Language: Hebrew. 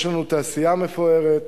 יש לנו תעשייה מפוארת,